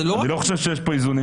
אני לא חושב שיש כאן איזון.